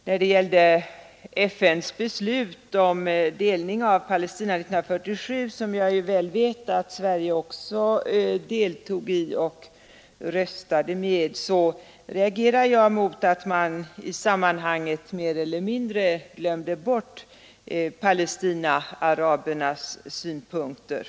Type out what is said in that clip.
Vad gäller FN-beslutet 1947 om delning av Palestina — ett beslut som jag väl vet att också Sverige deltog i och röstade för — reagerar jag mot att man i sammanhanget mer eller mindre glömde bort Palestinaarabernas synpunkter.